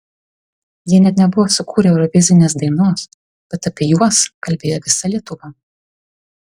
jie net nebuvo sukūrę eurovizinės dainos bet apie juos kalbėjo visa lietuva